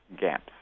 gaps